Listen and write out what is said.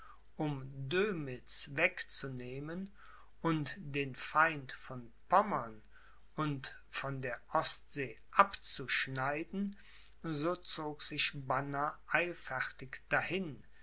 um dömitz wegzunehmen und den feind von pommern und von der ostsee abzuschneiden so zog sich banner eilfertig dahin